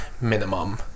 minimum